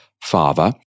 father